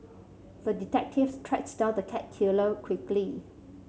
the detective tracked down the cat killer quickly